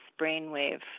brainwave